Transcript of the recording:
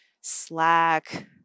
Slack